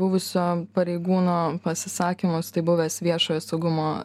buvusio pareigūno pasisakymus tai buvęs viešojo saugumo